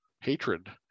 hatred